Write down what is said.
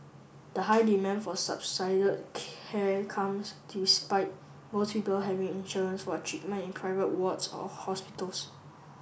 the high demand for care comes despite most people having insurance for treatment in private wards or hospitals